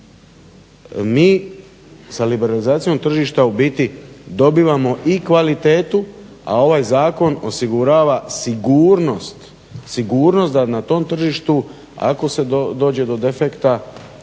Mi sa liberalizacijom tržišta u biti dobivamo i kvalitetu, a ovaj Zakon osigurava sigurnost, sigurnost da na tom tržištu ako se dođe do defekta